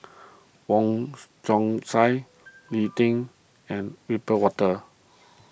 Wong Chong Sai Lee Tjin and Wiebe Wolters